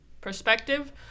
perspective